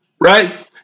right